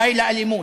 די לאלימות,